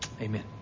Amen